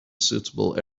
suitable